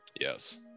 Yes